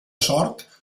sort